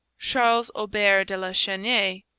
charles aubert de la chesnaye,